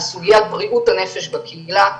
סוגיית בריאות הנפש בקהילה,